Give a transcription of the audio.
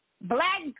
black